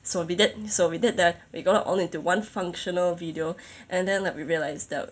so we did so we did that we got it all into one functional video and then like we realized that